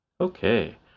okay